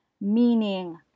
Meaning